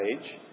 page